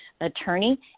attorney